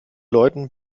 leuten